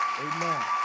Amen